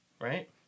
right